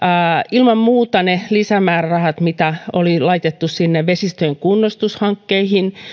ilman muuta ne lisämäärärahat mitä oli laitettu vesistöjen kunnostushankkeisiin